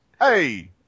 Hey